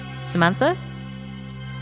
Samantha